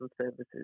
services